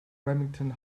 remington